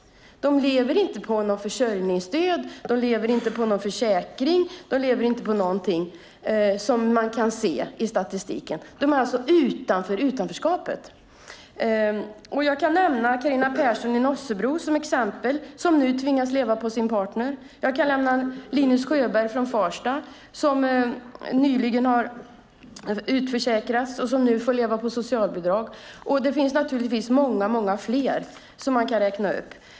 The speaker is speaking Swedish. De lever inte av försörjningsstöd, försäkring eller något annat som man kan se i statistiken. De är alltså utanför utanförskapet. Jag kan nämna Carina Persson i Nossebro som exempel. Hon tvingas nu leva på sin partner. Jag kan också nämna Linus Sjöberg i Farsta som nyligen har utförsäkrats och får leva på socialbidrag - och det finns givetvis många fler.